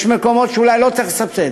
יש מקומות שאולי לא צריך לסבסד,